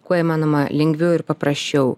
kuo įmanoma lengviau ir paprasčiau